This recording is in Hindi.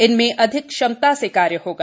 इनमें अधिक क्षमता से कार्य होगा